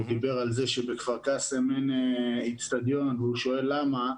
הוא דיבר על זה שבכפר קאסם אין אצטדיון והוא שואל למה.